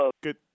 good